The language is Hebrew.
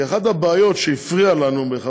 כי אחת הבעיות שהפריעו לנו,